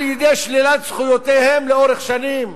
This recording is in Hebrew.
על-ידי שלילת זכויותיהם לאורך שנים.